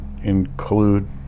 include